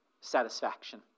satisfaction